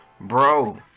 bro